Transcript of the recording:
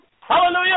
Hallelujah